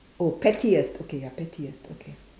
oh pettiest okay ya pettiest okay